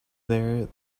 there